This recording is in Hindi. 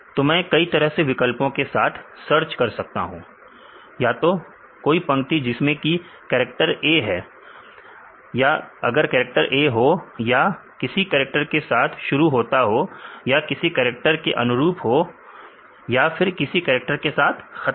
तो मैं कई तरह के विकल्पों के साथ सर्च कर सकता हूं या तो कोई पंक्ति जिसमें की कैरेक्टर A हो या यह किसी कैरेक्टर के साथ शुरू होता हो या किसी कैरेक्टर के अनुरूप हो या फिर किसी कैरेक्टर के साथ खत्म होता हो